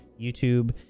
YouTube